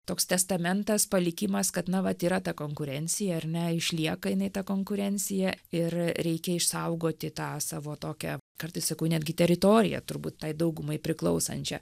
toks testamentas palikimas kad na vat yra ta konkurencija ar ne išlieka jinai ta konkurencija ir reikia išsaugoti tą savo tokią kartais sakau netgi teritoriją turbūt tai daugumai priklausančią